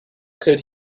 could